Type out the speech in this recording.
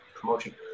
promotion